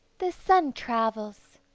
the sun travels